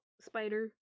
spider